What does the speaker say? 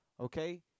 okay